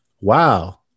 Wow